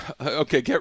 Okay